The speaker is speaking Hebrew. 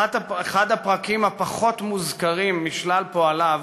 אחד הפרקים הפחות-מוזכרים בשלל פועליו